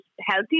healthy